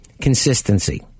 consistency